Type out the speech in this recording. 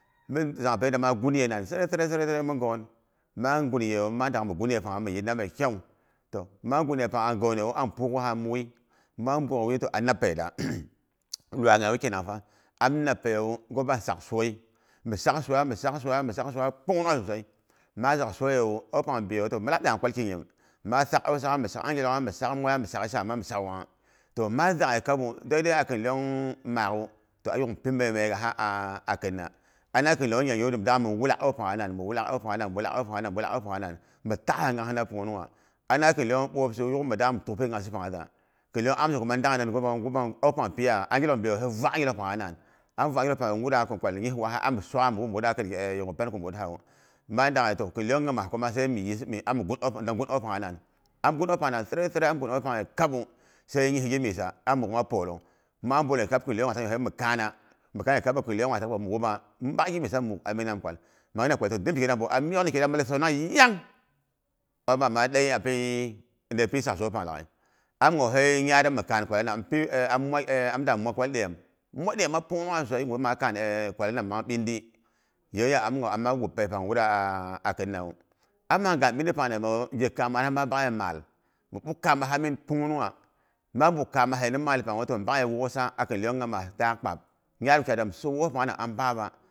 Mi zangpei da ma gunkinan sarai sarai, mi ghon, ma gun yeyei wu ma dang mi ghn yepangha nin yir hing mai kyau. Toh ma gun ye pang a ghonewu amipuuk hinami wui ma buuk wui yu to ahnapeiyit da. Lwai nyayewu kenanfa, am napeiyiwu, gupba saksoi, misak soya mi sak soya, pungnungha sosai. Maa zak soyiwu. Au pang biyi wu toh mi lak deiyong piki nyim. Maa sak au sa'gha, mi sak angilongha, mi sak moi ya mi sak shaama, mi sak wangha. Toh ma zak'ghe kabu, daidai akin iyon maak'u toh ayuk mipi maimaigkha a kina. Ana kin iyon nyangi wu midang min wulak anpangha, mi wulak aupangha, mi taha nyanhina pungnungha. Ana kin iyon bwopsiwu mi dang mi tuk pi nghangsi pang nghaza, khin iyon amso nyim kuma dami, nywa au, angilong pang piya? Angilong pang biye wu sai vwaag angilong pangha nan, am vwaak angilong pangye wura kin kwalpang nyi waaha ani swaga mi wup mi wura a kinki yegu panku mi wurhawu. Bayanda gwa, toh kin iyon nyima kuma sai a miyis mi ami dang ngum aupangha nan. Am gun an pang nan sarai sarai am nbgun au pangue kabu, sai nyi ghimisa, ami muk'ahma pwolong. Maa bwole kab kin iyong pang sai mi kaana, mi kaane kabu, kin iyon nyimastaak kpabu mu wopba, mu bak gi myisa mi dangmina kwal. Toh mat nghanyin kwal toh zhonkighira buk am myokni kigira malit sonongh 'yang. Au pangma dei, ma dei ade pi sak soi pang kadei laghai. Am hei nyara mi kann kwala nam, am da mwa kwal dyem, mwa dyema sosai ngwu ma makaan kwalanam mang ɗindɨi yayewa ya ama wop peipang wura a khinawu ama gaan ɓindiɨ pang namewu ye kamama ma bakyei maal, mi ɓuk kamaha min pungnungha. Ma buk ka ma pangye min maalu toh, mi bakye whosa a kin iyon ngimas taak kpab, nyar wukyai da mi san whos pangha nam am baaba.